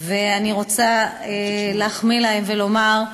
אני רוצה להחמיא להם ולומר: